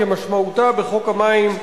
כמשמעותה בחוק המים,